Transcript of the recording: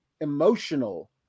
emotional